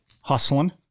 hustling